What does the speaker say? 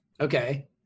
Okay